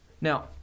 now